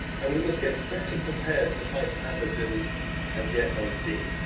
and we must get better prepared to fight pathogens as yet unseen.